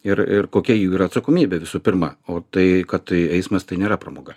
ir ir kokia jų yra atsakomybė visų pirma o tai kad tai eismas tai nėra pramoga